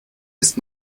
ist